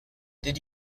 did